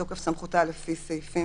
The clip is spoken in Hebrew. בתקנה 8 לתקנות העיקריות, בפסקה